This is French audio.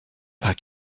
pas